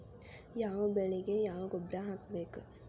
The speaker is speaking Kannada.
ಯಾವ ಬೆಳಿಗೆ ಯಾವ ಗೊಬ್ಬರ ಹಾಕ್ಬೇಕ್?